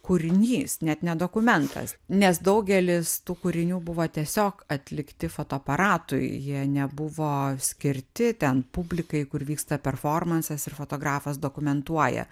kūrinys net ne dokumentas nes daugelis tų kūrinių buvo tiesiog atlikti fotoaparatui jie nebuvo skirti ten publikai kur vyksta performansas ir fotografas dokumentuoja